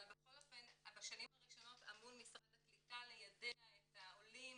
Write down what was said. אבל בכל אופן בשנים הראשונות אמון משרד הקליטה ליידע את העולים